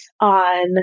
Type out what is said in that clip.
on